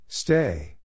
Stay